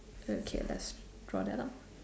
okay let's draw that out